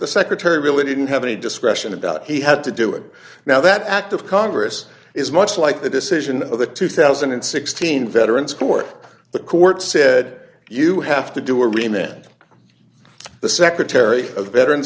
the secretary really didn't have any discretion about he had to do it now that act of congress is much like the decision of the two thousand and sixteen veterans court the court said you have to do or we may end the secretary of veteran